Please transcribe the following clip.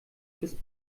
bis